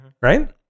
right